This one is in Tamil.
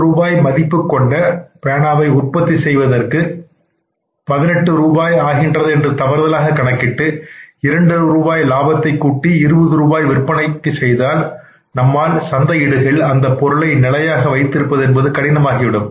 பத்து ரூபாய் மதிப்பு கொண்ட பேனாவை உற்பத்தி செய்வதற்கு 18 ரூபாய் ஆகின்றது என்று தவறுதலாக கணக்கிட்டு இரண்டு ரூபாய் லாபத்தைக் கூட்டி இருபது ரூபாய்க்கு விற்பனை செய்தால் நம்மால் சந்தையிடுகையில் அந்த பொருளை நிலையாக வைத்திருப்பது என்பது கடினமாகிவிடும்